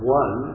one